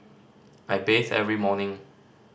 I bathe every morning